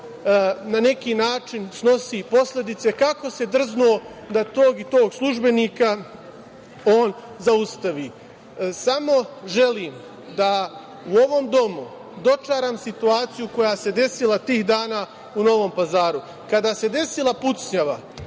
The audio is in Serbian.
na neki način snosi posledice kako se drznuo da tog i tog službenika on zaustavi. Želim da u ovom Domu dočaram situaciju koja se desila tih dana u Novom Pazaru. Kada se desila pucnjava,